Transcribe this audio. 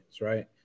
right